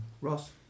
Ross